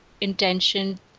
intention